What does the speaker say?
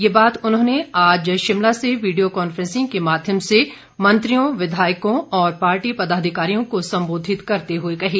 ये बात उन्होंने आज शिमला में वीडियो कॉन्फ्रेंसिंग के माध्यम से मंत्रियों विधायकों और पार्टी पदाधिकारियों को संबोधित करते हुए कही